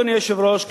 אדוני היושב-ראש,